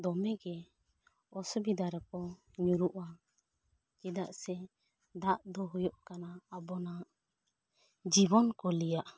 ᱫᱚᱢᱮᱜᱮ ᱚᱥᱩᱵᱤᱫᱟ ᱨᱮᱠᱚ ᱧᱩᱨᱩᱜᱼᱟ ᱪᱮᱫᱟᱜ ᱥᱮ ᱫᱟᱜ ᱫᱚ ᱦᱩᱭᱩᱜ ᱠᱟᱱᱟ ᱟᱵᱚᱱᱟ ᱡᱤᱵᱚᱱ ᱠᱚᱞᱮᱭᱟᱜ